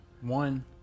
One